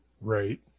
right